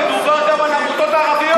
דרך אגב, מדובר גם על עמותות ערביות.